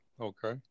Okay